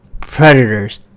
predators